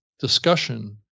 discussion